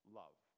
love